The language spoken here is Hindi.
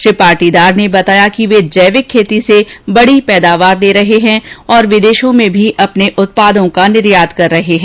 श्री पाटीदार ने बताया कि वे जैविक खेती से बड़ी पैदावार ले रहे हैं और विदेशों में भी अपने उत्पादों का निर्यात कर रहे हैं